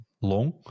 long